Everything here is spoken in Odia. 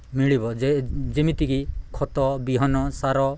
ମିଳିବ ଯେ ଯେମିତିକି ଖତ ବିହନ ସାର